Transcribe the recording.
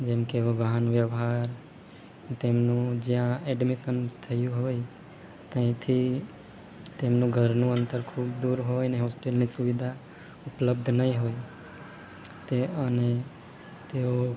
જેમકે એ વાહન વ્યવહાર તેમનું જ્યાં એડમિશન થયું હોય ત્યાંથી તેમનું ઘરનું અંતર ખૂબ દૂર હોયને હોસ્ટેલની સુવિધા ઉપલબ્ધ ન હોય તે અને તેઓ